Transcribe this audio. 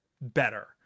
better